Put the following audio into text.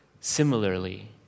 Similarly